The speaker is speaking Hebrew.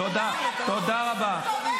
דורשים נקמה,